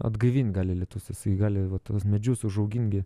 atgaivint gali lietus jisai gali vat tuos medžius užaugint gi